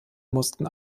mussten